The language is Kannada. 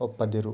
ಒಪ್ಪದಿರು